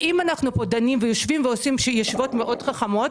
אנחנו פה דנים ויושבים ועושים ישיבות מאוד חכמות,